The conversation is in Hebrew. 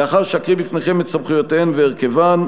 לאחר שאקריא בפניכם את סמכויותיהן והרכבן,